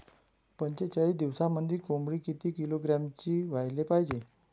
पंचेचाळीस दिवसामंदी कोंबडी किती किलोग्रॅमची व्हायले पाहीजे?